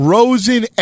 Rosen